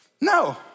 No